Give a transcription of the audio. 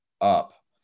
up